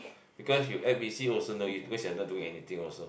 because you act busy also no use because you are not doing anything also